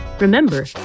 Remember